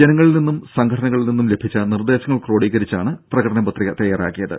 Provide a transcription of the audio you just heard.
ജനങ്ങളിൽ നിന്നും സംഘടനകളിൽ നിന്നും ലഭിച്ച നിർദേശങ്ങൾ ക്രോഡീകരിച്ചാണ് പ്രകടന പത്രിക തയ്യാറാക്കിയത്